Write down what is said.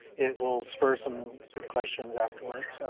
it will spur some good questions afterwards.